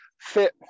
fit